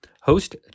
Host